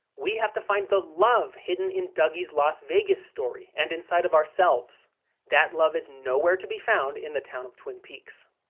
we have to find the love hidden in dougie's las vegas story and inside of ourselves that love is nowhere to be found in the town of twin peaks.